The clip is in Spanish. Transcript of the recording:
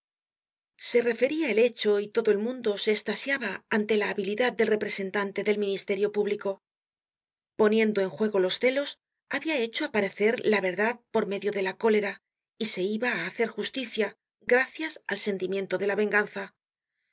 se referia el hecho y todo el mundo se estasiaba ante la habilidad del representante del mi nisterio público poniendo en juego los celos habia hecho aparecer la verdad por medio de la cólera y se iba á hacer justicia gracias al sentimiento de la venganza el